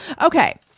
Okay